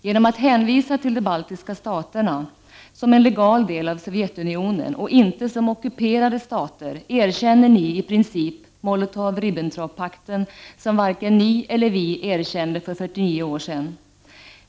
Genom att hänvisa till de baltiska staterna som en legal del av Sovjetunionen och inte som ockuperade stater erkänner ni i princip Molotov-Ribbentrop-pakten som varken ni eller vi erkände för 49 år sedan.